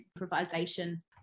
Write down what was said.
improvisation